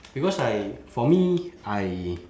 because I for me I